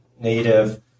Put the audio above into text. native